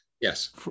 Yes